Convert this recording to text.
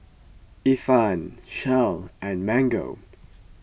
Ifan Shell and Mango